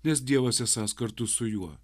nes dievas esąs kartu su juo